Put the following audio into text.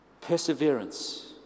perseverance